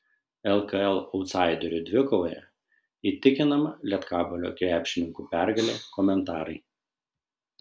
lkl autsaiderių dvikovoje įtikinama lietkabelio krepšininkų pergalė komentarai